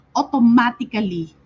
automatically